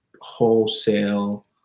wholesale